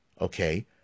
Okay